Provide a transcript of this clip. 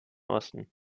osten